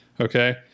Okay